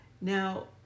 Now